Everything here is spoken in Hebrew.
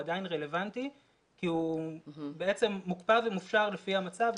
עדיין רלוונטי כי הוא בעצם מוקפא ומופשר לפי המצב,